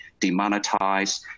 demonetize